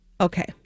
Okay